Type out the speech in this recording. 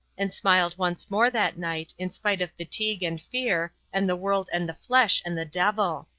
and smiled once more that night, in spite of fatigue and fear and the world and the flesh and the devil.